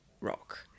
rock